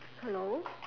hello